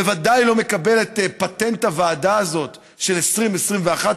בוודאי לא מקבל את פטנט הוועדה הזאת של 20 21,